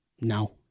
No